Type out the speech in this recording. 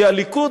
כי הליכוד,